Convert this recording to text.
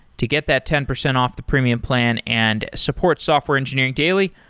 to get that ten percent off the premium plan and support software engineering daily,